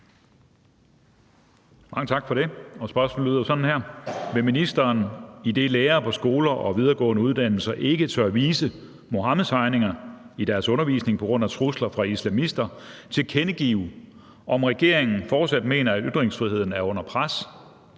Mange tak for det. Spørgsmålet lyder sådan her: Vil ministeren – idet lærere på skoler og videregående uddannelser ikke tør vise eksempelvis Muhammedtegninger i deres undervisning på grund af trusler fra islamister – tilkendegive, om regeringen fortsat mener, at ytringsfriheden er under pres,